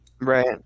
Right